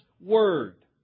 Word